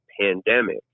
pandemic